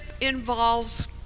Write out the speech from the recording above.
involves